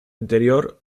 interior